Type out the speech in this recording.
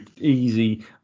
easy